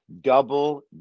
Double